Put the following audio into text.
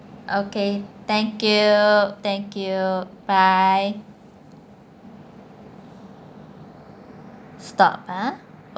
okay thank you thank you bye stop ah